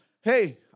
Hey